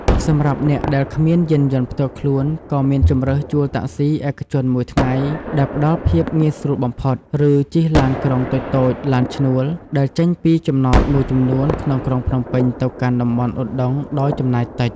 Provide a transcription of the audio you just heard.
សម្រាប់អ្នកដែលគ្មានយានយន្តផ្ទាល់ខ្លួន ក៏មានជម្រើសជួលតាក់ស៊ីឯកជនមួយថ្ងៃដែលផ្តល់ភាពងាយស្រួលបំផុត ឬជិះឡានក្រុងតូចៗ ឡានឈ្នួល ដែលចេញពីចំណតមួយចំនួនក្នុងក្រុងភ្នំពេញទៅកាន់តំបន់ឧដុង្គដោយចំណាយតិច។